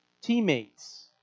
teammates